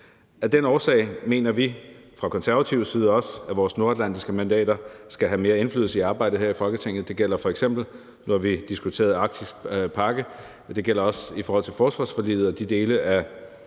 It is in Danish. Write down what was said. Af den årsag mener vi fra konservativ side også, at vores nordatlantiske mandater skal have mere indflydelse i arbejdet her i Folketinget. Det gælder f.eks. nu, hvor vi har diskuteret